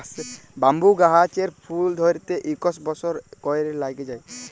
bamboo গাহাচের ফুল ধ্যইরতে ইকশ বসর ক্যইরে ল্যাইগে যায়